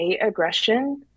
aggression